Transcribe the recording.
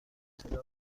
اطلاع